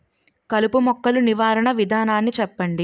కలుపు మొక్కలు నివారణ విధానాన్ని చెప్పండి?